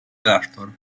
klasztor